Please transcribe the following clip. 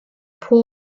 paul